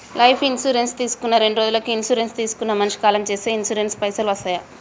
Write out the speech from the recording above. Life insurance తీసుకున్న రెండ్రోజులకి insurance తీసుకున్న మనిషి కాలం చేస్తే ఇన్సూరెన్స్ పైసల్ వస్తయా?